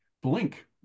blink